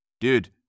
Dude